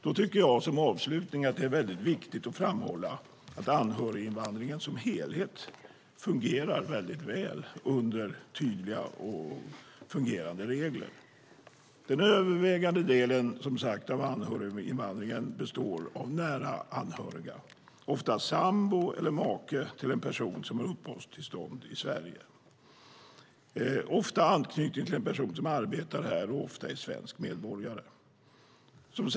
Det är viktigt att framhålla att anhöriginvandringen som helhet fungerar väl med tydliga regler. Den övervägande delen av anhöriginvandringen består av nära anhöriga, ofta sambo eller make, till en person som har uppehållstillstånd i Sverige, som arbetar här och ofta är svensk medborgare.